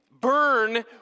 burn